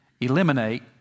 eliminate